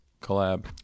collab